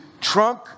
trunk